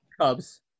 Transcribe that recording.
Cubs